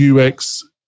UX